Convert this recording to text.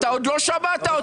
איזו חוצפה,